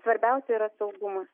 svarbiausia yra saugumas